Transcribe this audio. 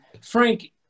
Frank